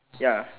ya